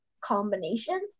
combination